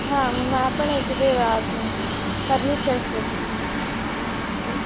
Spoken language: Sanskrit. हा मम आपणे तदेव किं पर्निचर्स् मम स्थले